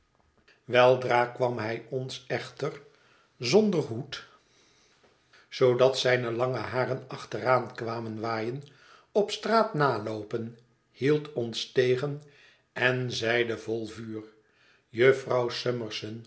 weldra kwam hij ons echter zonder hoed zoodat zijne lange haren achteraan kwamen waaien op straat naloopen hield ons tegen en zeide vol vuur jufvrouw